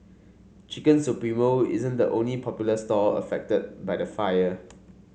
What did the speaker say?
Chicken Supremo isn't the only popular stall affected by the fire